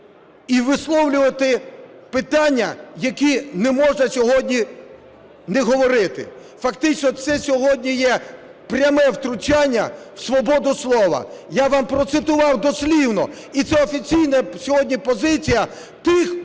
і висловлювати питання, які не можна сьогодні не говорити. Фактично це сьогодні є пряме втручання в свободу слова. Я вам процитував дослівно і це офіційна сьогодні позиція тих,